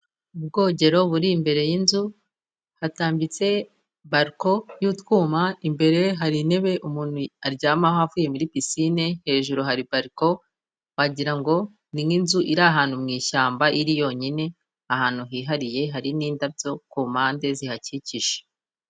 Ubwogero buri imbere y'inzu hatambitse bariko y'utwuyuma, imbere hari intebe umuntu aryamaho avuye muri pisine, hejuru hari bariko wagira ngo ni nk'inzu iri ahantu mu ishyamba iri yonyine ahantu hihariye, hari n'indabyo ku mpande zihakikije.